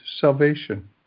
salvation